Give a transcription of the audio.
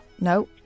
No